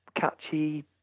catchy